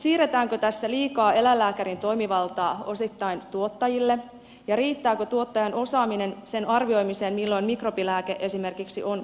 siirretäänkö tässä liikaa eläinlääkärin toimivaltaa osittain tuottajille ja riittääkö tuottajan osaaminen sen arvioimiseen milloin mikrobilääke esimerkiksi on paikallaan